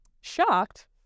shocked